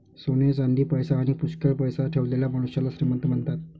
सोने चांदी, पैसा आणी पुष्कळ पैसा ठेवलेल्या मनुष्याला श्रीमंत म्हणतात